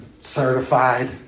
certified